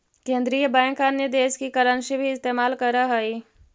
केन्द्रीय बैंक अन्य देश की करन्सी भी इस्तेमाल करअ हई